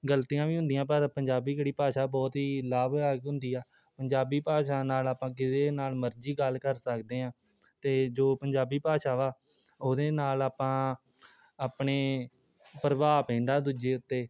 ਗਲਤੀਆਂ ਵੀ ਹੁੰਦੀਆਂ ਪਰ ਪੰਜਾਬੀ ਜਿਹੜੀ ਭਾਸ਼ਾ ਬਹੁਤ ਹੀ ਲਾਭਦਾਇਕ ਹੁੰਦੀ ਆ ਪੰਜਾਬੀ ਭਾਸ਼ਾ ਨਾਲ ਆਪਾਂ ਕਿਹਦੇ ਨਾਲ ਮਰਜ਼ੀ ਗੱਲ ਕਰ ਸਕਦੇ ਹਾਂ ਅਤੇ ਜੋ ਪੰਜਾਬੀ ਭਾਸ਼ਾ ਵਾ ਉਹਦੇ ਨਾਲ ਆਪਾਂ ਆਪਣੇ ਪ੍ਰਭਾਵ ਪੈਂਦਾ ਦੂਜੇ ਉੱਤੇ